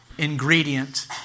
ingredient